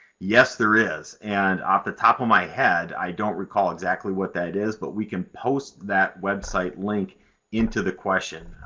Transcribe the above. yes, there is, and off the top of my head, i don't recall exactly what that is, but we can post that website link into the question.